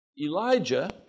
Elijah